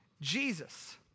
Jesus